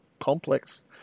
complex